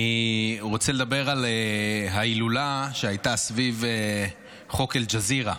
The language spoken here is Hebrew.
אני רוצה לדבר על ההילולה שהייתה סביב חוק אל-ג'זירה.